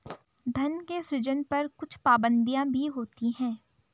धन के सृजन पर कुछ पाबंदियाँ भी होती हैं